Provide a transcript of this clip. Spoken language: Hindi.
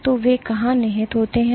तो वे कहाँ निहित होते हैं